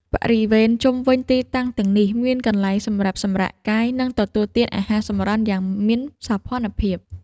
បរិវេណជុំវិញទីតាំងទាំងនេះ មានកន្លែងសម្រាប់សម្រាកកាយ និងទទួលទានអាហារសម្រន់យ៉ាងមានសោភ័ណភាព។